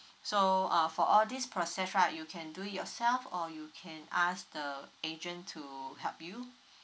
so uh for all these process right you can do it yourself or you can ask the agent to help you